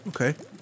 Okay